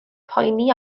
poeni